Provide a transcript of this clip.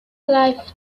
life